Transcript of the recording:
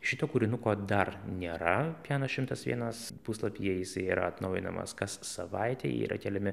šito kūrinuko dar nėra piano šimtas vienas puslapyje jisai yra atnaujinamas kas savaitę yra keliami